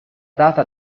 data